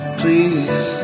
please